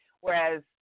Whereas